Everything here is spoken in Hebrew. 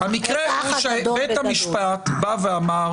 תראה, המקרה הוא שבית המשפט בא ואמר: